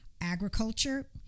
agriculture